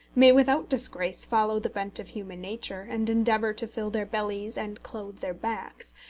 may without disgrace follow the bent of human nature, and endeavour to fill their bellies and clothe their backs,